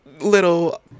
little